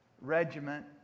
regiment